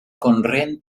conreen